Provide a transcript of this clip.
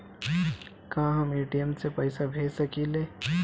का हम ए.टी.एम से पइसा भेज सकी ले?